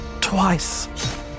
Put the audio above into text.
twice